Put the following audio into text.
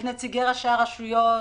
את נציגי ראשי הרשויות,